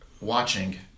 watching